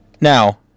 Now